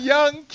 Young